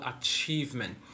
achievement